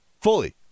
Fully